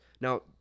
Now